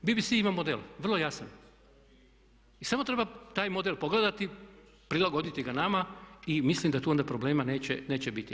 BBC ima model vrlo jasan i samo treba taj model pogledati, prilagoditi ga nama i mislim da tu onda problema neće biti.